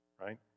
right